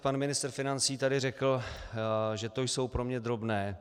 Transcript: Pan ministr financí tady řekl, že to jsou pro něj drobné.